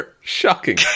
Shocking